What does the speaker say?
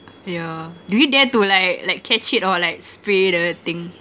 yeah do you dare to like like catch it or like spray the thing